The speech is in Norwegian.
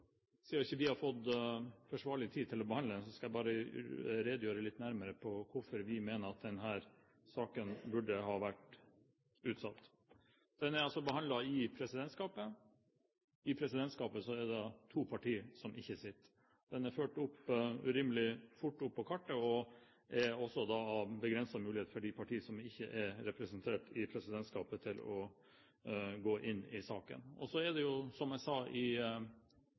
vi ikke har hatt forsvarlig tid til å behandle denne saken, skal jeg redegjøre litt nærmere for hvorfor vi mener at den burde ha vært utsatt. Den er altså behandlet i presidentskapet – og i presidentskapet er det to partier som ikke er representert. Den er ført rimelig fort opp på kartet, og da er det også begrenset mulighet for de partiene som ikke er representert i presidentskapet, til å gå inn i saken. Så må man også, som jeg sa i